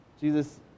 Jesus